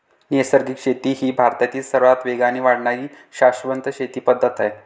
नैसर्गिक शेती ही भारतातील सर्वात वेगाने वाढणारी शाश्वत शेती पद्धत आहे